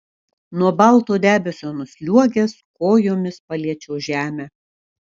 nuo balto debesio nusliuogęs kojomis paliečiau žemę